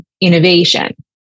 innovation